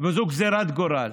וזו גזרת גורל,